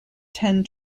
ten